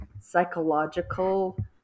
psychological